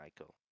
Michael